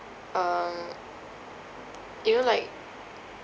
um you know like